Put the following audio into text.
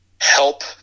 help